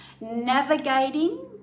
navigating